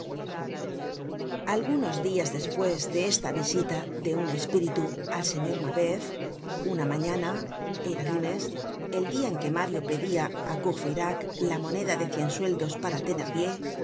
algunos dias despues de esta visita de un espíritu al señor mabeuf una mañanaera lunes el dia en que mario pedia á courfeyrac la moneda de cien sueldos para